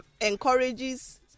encourages